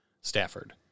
Stafford